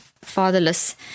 fatherless